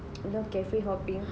you know cafe hopping